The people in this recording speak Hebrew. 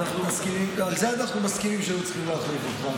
על זה אנחנו מסכימים, שהיו צריכים להחליף אותך.